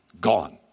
gone